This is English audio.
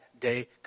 day